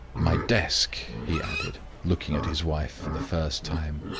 my desk, he added, looking at his wife for the first time.